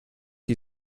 die